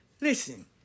Listen